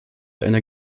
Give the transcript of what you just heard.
einer